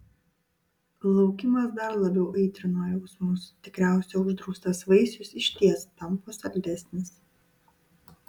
laukimas dar labiau aitrino jausmus tikriausiai uždraustas vaisius išties tampa saldesnis